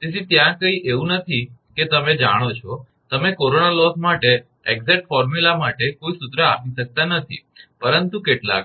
તેથી ત્યાં કંઈ એવું નથી કે તમે જાણો છો કે તમે કોરોના લોસ માટે ચોક્કસ સૂત્ર માટે કોઈ સૂત્ર આપી શકતા નથી પરંતુ કેટલાક